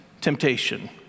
temptation